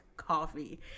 coffee